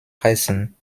heißen